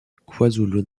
kwazulu